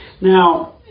Now